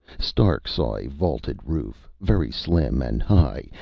stark saw a vaulted roof, very slim and high,